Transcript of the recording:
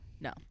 No